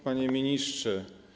Panie Ministrze!